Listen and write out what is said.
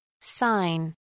Sign